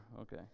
Okay